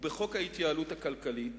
ובחוק ההתייעלות הכלכלית